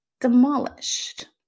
demolished